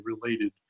related